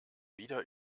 wieder